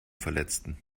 verletzten